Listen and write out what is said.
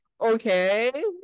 okay